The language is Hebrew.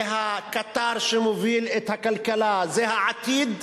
זה הקטר שמוביל את הכלכלה, זה העתיד,